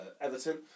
Everton